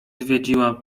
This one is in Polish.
zwiedziłam